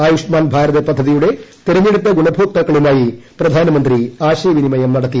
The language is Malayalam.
ആയുഷ്മാൻ ഭാരത് പദ്ധതിയുടെ തിരഞ്ഞെടുത്ത ഗുണഭോക്താക്കളുമായി പ്രധാനമന്ത്രി ആശയവിനിമയം നടത്തി